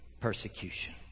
persecution